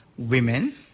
women